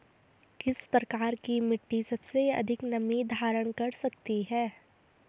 किस प्रकार की मिट्टी सबसे अधिक नमी धारण कर सकती है?